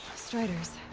striders!